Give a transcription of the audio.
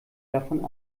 davon